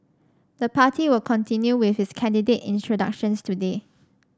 the party will continue with its candidate introductions today